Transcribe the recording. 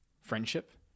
friendship